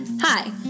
Hi